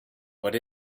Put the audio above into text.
what